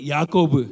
Jacob